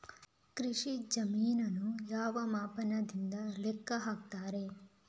ಕೃಷಿ ಜಮೀನನ್ನು ಯಾವ ಮಾಪನದಿಂದ ಲೆಕ್ಕ ಹಾಕ್ತರೆ?